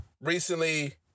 recently